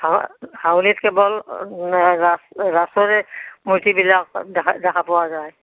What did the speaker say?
অঁ হাউলীত কেৱল ৰাস ৰাসৰে মূৰ্তিবিলাক দেখা পোৱা যায়